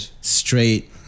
Straight